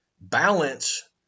balance